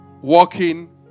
walking